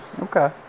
okay